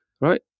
Right